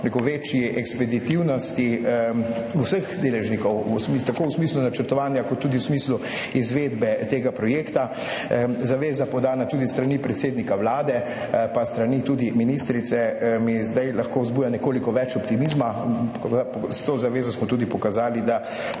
večji ekspeditivnosti vseh deležnikov tako v smislu načrtovanja kot tudi v smislu izvedbe tega projekta. Zaveza, podana tudi s strani predsednika Vlade pa tudi s strani ministrice, mi zdaj lahko vzbuja nekoliko več optimizma. S to zavezo smo tudi pokazali, da